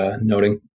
noting